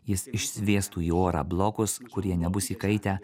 jis išsviestų į orą blokus kurie nebus įkaitę